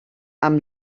amb